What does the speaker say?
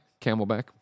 Camelback